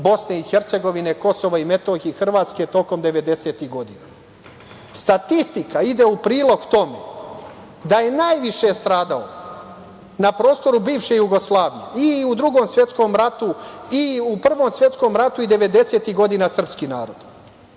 Bosne i Hercegovine, Kosova i Metohije, Hrvatske tokom devedesetih godina. Statistika ide u prilog tome da je najviše stradao na prostoru bivše Jugoslavije, i u Drugom svetskom ratu, i u Prvom svetskom ratu, i devedesetih godina, srpski narod.